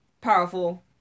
powerful